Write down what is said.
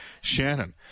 Shannon